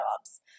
jobs